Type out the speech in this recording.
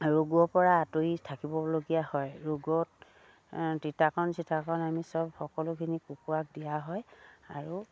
ৰোগৰ পৰা আঁতৰি থাকিবলগীয়া হয় ৰোগত আমি চব সকলোখিনি কুকুৰাক দিয়া হয় আৰু